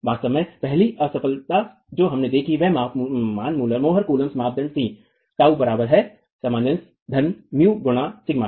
वास्तव में पहली असफलता जो हमने देखी वह मोहर कूलम्ब मापदंड थी टाऊ बराबर है सामंजस्यस धन म्यू गुना सिग्मा के